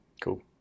Cool